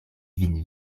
vin